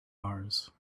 mars